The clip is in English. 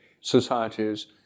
societies